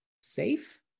safe